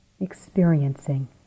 experiencing